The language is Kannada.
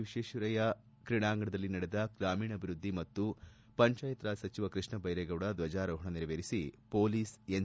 ವಿಶ್ವೇಶ್ವರಯ್ಕ ಕ್ರೀಡಾಂಗಣದಲ್ಲಿ ನಡೆದ ಗ್ರಾಮೀಣಾಭಿವೃದ್ಧಿ ಮತ್ತು ಪಂಚಾಯತ್ ರಾಜ್ ಸಚಿವ ಕೃಷ್ಣಬೈರೇಗೌಡ ದ್ವಜಾರೋಹಣ ನೆರವೇರಿಸಿ ಮೊಲೀಸ್ ಎನ್